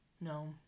No